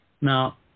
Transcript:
Now